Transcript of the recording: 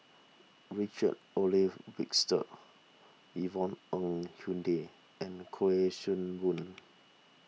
Richard Olaf Yvonne Ng Uhde and Kuik Swee Boon